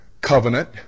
covenant